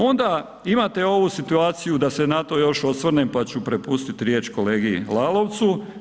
Onda imate ovu situaciju da se na to još osvrnem pa ću prepustiti riječ kolegi Lalovcu.